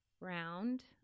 round